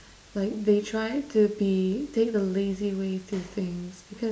like they tried to be take the lazy way to things because